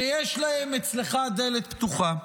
שיש להם אצלך דלת פתוחה.